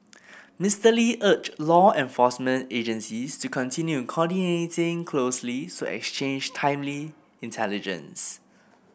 Mister Lee urged law enforcement agencies to continue coordinating closely so exchange timely intelligence